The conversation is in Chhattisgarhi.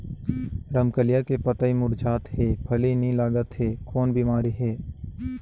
रमकलिया के पतई मुरझात हे फल नी लागत हे कौन बिमारी हे?